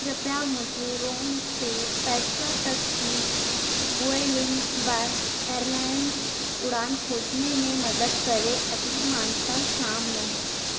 कृपया मुझे रोम से पेट्रा तक की वुएलिन्ग एयरलाइन्स उड़ान खोजने में मदद करें अधिमानतः शाम में